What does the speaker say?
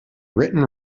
written